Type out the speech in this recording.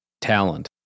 talent